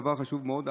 דבר חשוב מאוד,